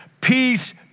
Peace